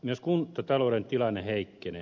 myös kuntatalouden tilanne heikkenee